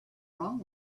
wrong